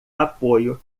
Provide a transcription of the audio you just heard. apoio